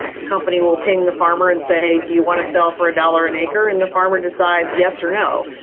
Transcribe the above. the company will ping the farmer and say do you want to sell for a dollar an acre, and the farmer decides yes or no.